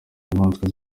nyamaswa